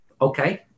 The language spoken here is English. Okay